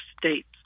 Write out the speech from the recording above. states